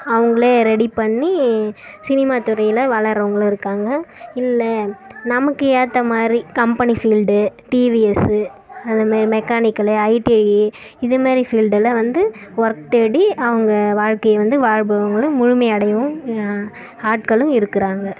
அவங்களே ரெடி பண்ணி சினிமா துறையில் வளர்றவங்களும் இருக்காங்க இல்லை நமக்கு ஏத்தமாதிரி கம்பெனி ஃபீல்டு டிவிஎஸ்ஸு அதமாரி மெக்கானிக்கல்லு ஐடிஐயி இந்தமாரி ஃபீல்டெல்லாம் வந்து ஒர்க் தேடி அவங்க வாழ்க்கையை வந்து வாழ்பவங்களும் முழுமை அடையவும் ஆட்களும் இருக்கிறாங்க